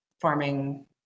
farming